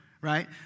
Right